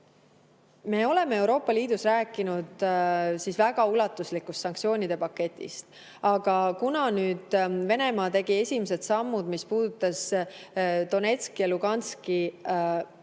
Me oleme Euroopa Liidus rääkinud väga ulatuslikust sanktsioonide paketist, aga kuna Venemaa tegi esimese sammu, mis puudutas Donetski ja Luganski